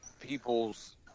people's